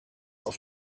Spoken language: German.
auf